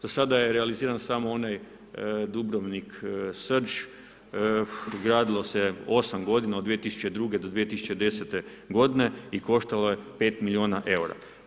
Za sada je realiziran samo onaj Dubrovnik, Srđ, gradilo se 8 g., od 2002. do 2010. g. i koštalo je 5 milijuna eura.